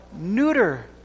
neuter